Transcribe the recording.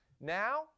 Now